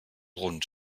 rund